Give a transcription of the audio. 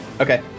okay